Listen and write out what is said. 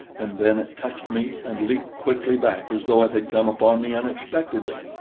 and then it touched me and leaped quickly back as though it had come upon me unexpectedly.